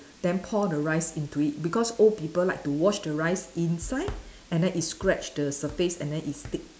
then pour the rice into it because old people like to wash the rice inside and then it scratch the surface and then it stick